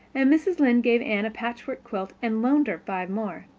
and mrs. lynde gave anne a patchwork quilt and loaned her five more.